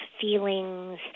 feelings